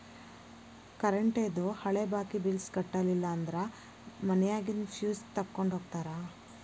ಕರೆಂಟೇಂದು ಹಳೆ ಬಾಕಿ ಬಿಲ್ಸ್ ಕಟ್ಟಲಿಲ್ಲ ಅಂದ್ರ ಮನ್ಯಾಗಿನ್ ಫ್ಯೂಸ್ ತೊಕ್ಕೊಂಡ್ ಹೋಗ್ತಾರಾ